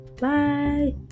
Bye